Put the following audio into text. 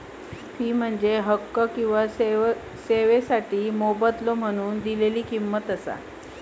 fee म्हणजे हक्को किंवा सेवोंसाठी मोबदलो म्हणून दिलेला किंमत